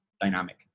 dynamic